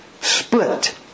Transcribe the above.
split